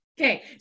Okay